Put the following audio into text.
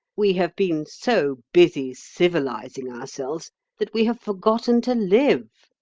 we have been so busy civilising ourselves that we have forgotten to live.